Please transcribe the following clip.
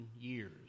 years